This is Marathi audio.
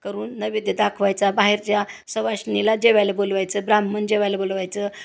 करून नैवेद्य दाखवायचा बाहेरच्या सुवासिनीला जेवायला बोलावायचं ब्राह्मण जेवायला बोलवायचं